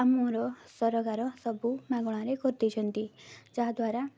ଆମର ସରକାର ସବୁ ମାଗଣାରେ କରିଦେଇଛନ୍ତି ଯାହାଦ୍ୱାରା